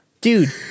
Dude